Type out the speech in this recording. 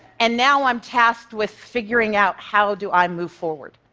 and now i'm tasked with figuring out how do i move forward?